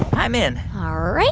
i'm in all right.